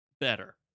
better